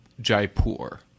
Jaipur